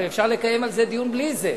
הרי אפשר לקיים על זה דיון בלי זה.